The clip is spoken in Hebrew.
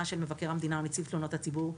של מבקר המדינה ונציב תלונות הציבור,